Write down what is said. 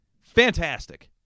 fantastic